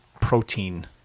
protein